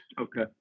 Okay